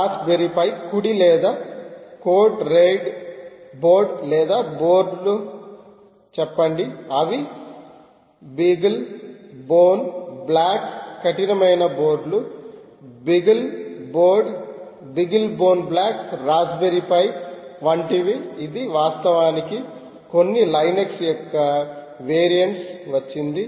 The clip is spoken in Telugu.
రాస్ప్బెరి పై కుడి లేదా కోడ్ రైడ్ బోర్డు లేదా బోర్డులు చెప్పండి అవి బీగల్ బోన్ బ్లాక్ కఠినమైన బోర్డులు beagle board beagle bone black raspberry pi వంటివి ఇది వాస్తవానికి కొన్ని లైనక్స్ యొక్క వేరియంట్లలోకి వచ్చింది